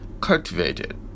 cultivated